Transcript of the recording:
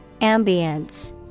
Ambience